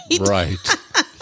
Right